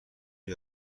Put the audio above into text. است